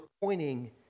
pointing